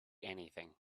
anything